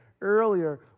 earlier